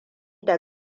da